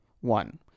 One